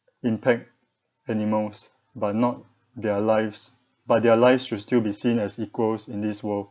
impact animals but not their lives but their lives should still be seen as equals in this world